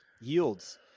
yields